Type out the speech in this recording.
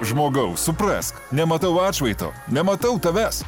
žmogau suprask nematau atšvaito nematau tavęs